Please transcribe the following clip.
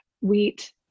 wheat